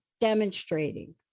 demonstrating